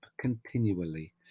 continually